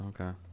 okay